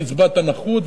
קצבת הנכות,